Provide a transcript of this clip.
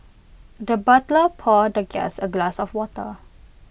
the butler poured the guest A glass of water